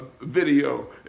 video